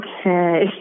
Okay